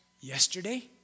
Yesterday